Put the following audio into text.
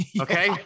Okay